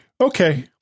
Okay